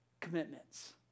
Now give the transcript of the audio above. commitments